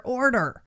order